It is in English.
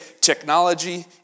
technology